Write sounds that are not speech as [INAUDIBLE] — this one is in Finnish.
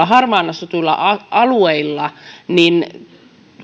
[UNINTELLIGIBLE] harvaan asutuilla alueilla